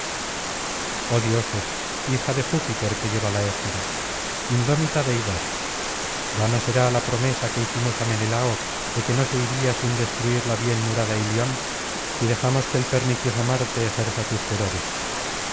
dioses hija de júpiter que lleva la égida indómita deidad vana será la promesa que hicimos á menelao de que no se iría sin destruir la bien murada ilion si dejamos que el pernicioso marte ejerza sus furores